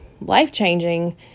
life-changing